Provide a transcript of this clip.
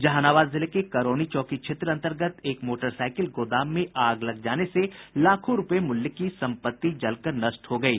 जहानाबाद जिले के करौनी चौकी क्षेत्र अंतर्गत एक मोटरसाईकिल गोदाम में आग लग जाने से लाखों रूपये मूल्य की संपत्ति जलकर नष्ट हो गयी